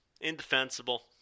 Indefensible